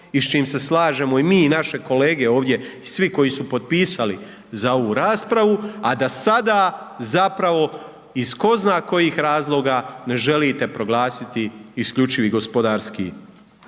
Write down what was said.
i s čime se slažemo i mi i naše kolege ovdje i svi koji su potpisali za ovu raspravu, a da sada zapravo iz tko zna kojih razloga ne želite proglasiti isključivi gospodarski